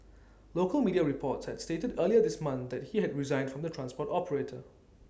local media reports had stated earlier this month that he had resigned from the transport operator